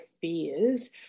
fears